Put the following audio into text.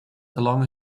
along